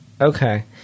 Okay